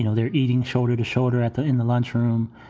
you know they're eating shoulder to shoulder at the in the lunchroom.